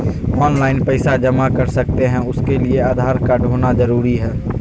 Online पैसा जमा कर सकते हैं उसके लिए आधार कार्ड होना जरूरी है?